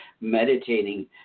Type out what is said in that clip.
meditating